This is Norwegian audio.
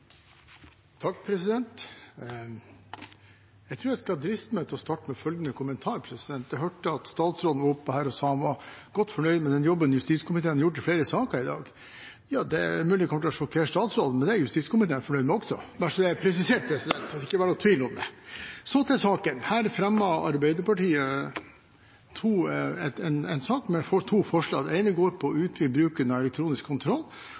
skal driste meg til å starte med følgende kommentar: Jeg hørte at statsråden var oppe her og sa han var godt fornøyd med den jobben justiskomiteen hadde gjort i flere saker i dag. Det er mulig det kommer til å sjokkere statsråden, men det er justiskomiteen fornøyd med også, bare så det er presisert, slik at det ikke er noen tvil. Så til saken. Arbeiderpartiet har fremmet en sak med to forslag. Det ene går på å utvide bruken av elektronisk kontroll,